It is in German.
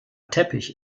teppich